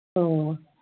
ꯑꯣ